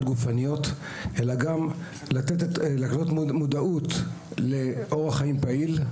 גופניות אלא גם להקנות מודעות לאורח חיים פעיל,